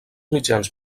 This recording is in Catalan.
mitjans